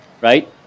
right